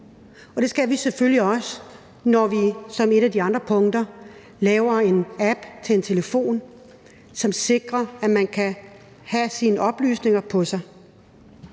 Det skal vi selvfølgelig også sikre, når vi som et af de andre punkter laver en app til en telefon, som sikrer, at man kan have sine oplysninger på sig.